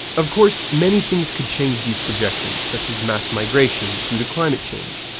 of course, many things could change these projections, such as mass-migration due to climate change,